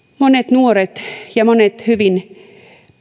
monet nuoret ja monet hyvin